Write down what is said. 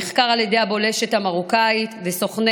נחקר על ידי הבולשת המרוקאית וסוכני